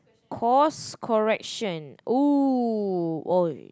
course correction !woo! !oi!